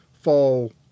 fall